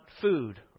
food